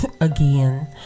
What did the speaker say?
again